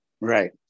Right